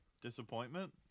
disappointment